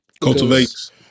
Cultivates